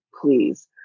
please